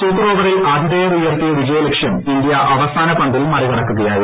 super ഓവറിൽ ആതിഥേയർ ഉയർത്തിയ വിജയലക്ഷ്യം ഇന്ത്യ അവസാന പന്തിൽ മറികടക്കുകയായിരുന്നു